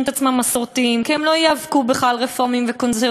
את עצמם מסורתיים כי הם לא ייאבקו בך על רפורמים וקונסרבטיבים.